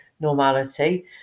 normality